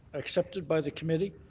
accepted by the committee,